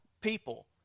people